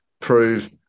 prove